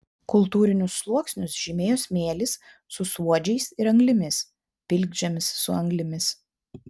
kultūrinius sluoksnius žymėjo smėlis su suodžiais ir anglimis pilkžemis su anglimis